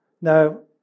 Now